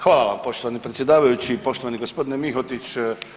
Hvala vam poštovani predsjedavajući, poštovani gospodine Mihotić.